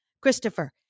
Christopher